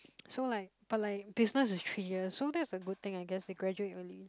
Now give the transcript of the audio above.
so like but like business is three years so that's a good thing I guess they graduate early